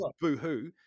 boo-hoo